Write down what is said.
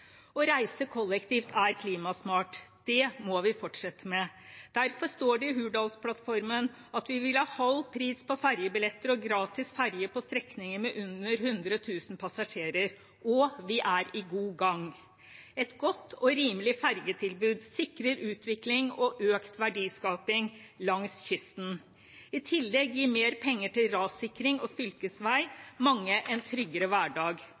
Å reise kollektivt er klimasmart. Det må vi fortsette med. Derfor står det i Hurdalsplattformen at vi vil ha halv pris på fergebilletter og gratis ferge på strekninger med under 100 000 passasjerer, og vi er i god gang. Et godt og rimelig fergetilbud sikrer utvikling og økt verdiskaping langs kysten. I tillegg gir mer penger til rassikring og fylkesvei mange en tryggere hverdag.